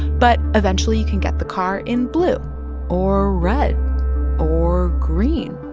but eventually, you can get the car in blue or red or green.